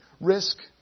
risk